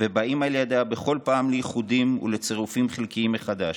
ובאים על ידה בכל פעם לאיחודים ולצירופים חלקיים מחדש.